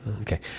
okay